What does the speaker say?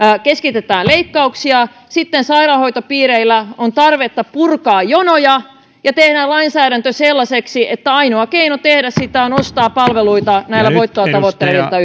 keskitetään leikkauksia sitten sairaanhoitopiireillä on tarvetta purkaa jonoja ja tehdään lainsäädäntö sellaiseksi että ainoa keino tehdä se on ostaa palveluita näiltä voittoa tavoittelevilta